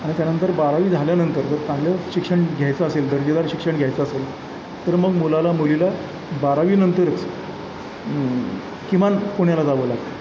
आणि त्यानंतर बारावी झाल्यानंतर जर चांगलं शिक्षण घ्यायचं असेल दर्जेदार शिक्षण घ्यायचं असेल तर मग मुलाला मुलीला बारावीनंतरच किमान पुण्याला जावं लागतं